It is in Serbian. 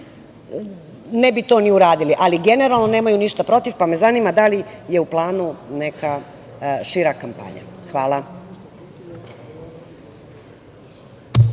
ne bi to ni uradili, ali generalno nemaju ništa protiv, pa me zanima da li je u planu neka šira kampanja. Hvala.